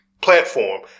platform